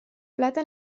plata